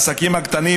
העסקים הקטנים,